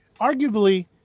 Arguably